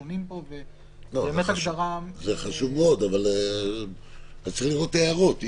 חשוב מאוד, אבל צריך לראות את ההערות.